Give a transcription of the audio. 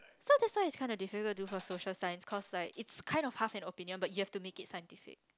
so that's why it's kinda difficult to do for social science cause like it's kinda half an opinion but you have to make it scientific